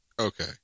okay